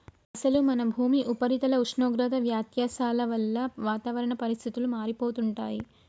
అసలు మన భూమి ఉపరితల ఉష్ణోగ్రత వ్యత్యాసాల వల్ల వాతావరణ పరిస్థితులు మారిపోతుంటాయి